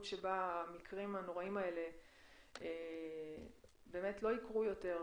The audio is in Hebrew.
שבה המקרים הנוראיים האלה לא יקרו יותר,